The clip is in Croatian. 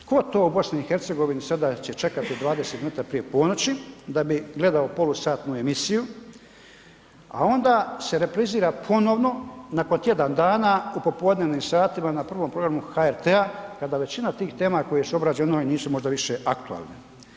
Tko to u BiH sada će čekati 20 minuta prije ponoći da bi gledao polusatnu emisiju, a onda se reprizira ponovno nakon tjedan dana u popodnevnim satima na 1. programu HRT-a kada većina tih tema koje su obrađene … [[Govornik se ne razumije]] nisu možda više aktualne.